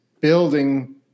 building